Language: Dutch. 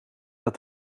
dat